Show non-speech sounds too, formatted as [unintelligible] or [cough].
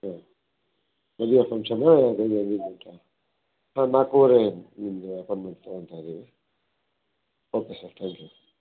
ಮದುವೆ ಫಂಕ್ಷನ್ನು [unintelligible] ಹಾಂ ನಾಲ್ಕುವರೆ ನಿಮಗೆ ಅಪ್ಪೋಯಿಂಟ್ಮೆಂಟ್ ತಗೋತಾ ಇದ್ದೀನಿ ಓಕೆ ಸರ್ ಥ್ಯಾಂಕ್ ಯು